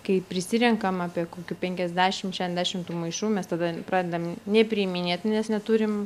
kai prisirenkam apie kokių penkiasdešim šešiasdešim tų maišų mes tada pradedam nepriiminėt nes neturim